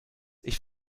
ich